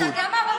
אתה יודע מה,